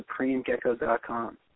supremegecko.com